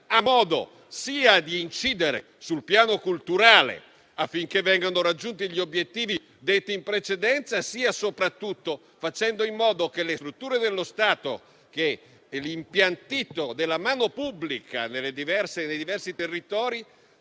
ha modo sia di incidere sul piano culturale, affinché vengano raggiunti gli obiettivi detti in precedenza, sia soprattutto facendo in modo che le strutture dello Stato nei diversi territori